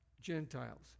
Gentiles